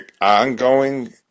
ongoing